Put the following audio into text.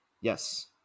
Yes